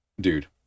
Dude